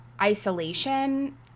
isolation